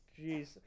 Jeez